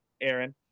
Aaron